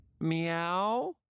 Meow